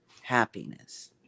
happiness